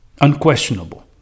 unquestionable